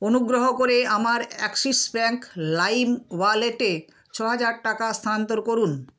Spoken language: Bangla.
অনুগ্রহ করে আমার অ্যাক্সিস ব্যাঙ্ক লাইম ওয়ালেটে ছ হাজার টাকা স্থানান্তর করুন